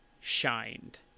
shined